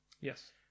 Yes